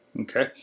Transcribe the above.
Okay